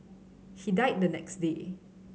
he died the next day